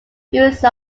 use